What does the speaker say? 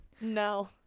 no